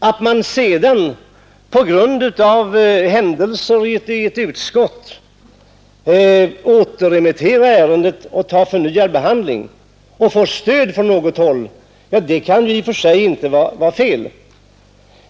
Att man sedan på grund av händelser i ett utskott återremitterat ärendet till förnyad behandling och får stöd från något håll kan väl inte vara något fel.